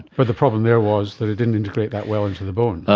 but the problem there was that it didn't integrate that well into the bone.